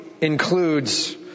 includes